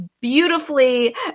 beautifully